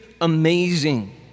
amazing